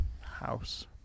house